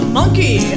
monkey